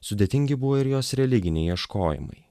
sudėtingi buvo ir jos religiniai ieškojimai